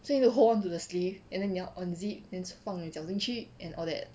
so you need to hold on to the sleeve and then 你要 unzip 放你脚进去 and all that